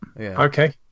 Okay